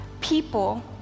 people